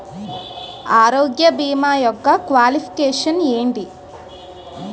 ఆరోగ్య భీమా యెక్క క్వాలిఫికేషన్ ఎంటి?